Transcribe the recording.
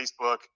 Facebook